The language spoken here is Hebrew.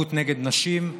אלימות נגד נשים,